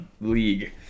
league